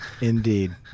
Indeed